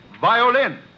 Violin